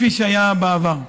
כפי שהיה בעבר.